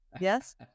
Yes